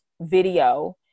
video